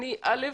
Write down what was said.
א.